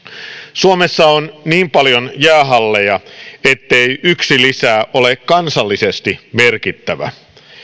suomessa on niin paljon jäähalleja ettei yksi lisää ole kansallisesti merkittävää